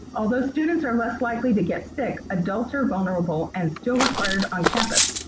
although students are less likely to get sick, adults are vulnerable and still required on campus.